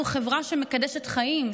אנחנו חברה שמקדשת חיים,